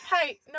Hey